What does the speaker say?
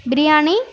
biryani